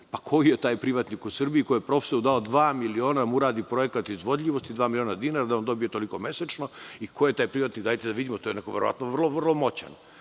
Koji je taj privatnik u Srbiji koji je profesoru dao dva miliona da mu uradi projekat izvodljivosti, dva miliona dinara da on dobije toliko mesečno i ko je taj privatnik? Dajte da vidimo, to je neko verovatno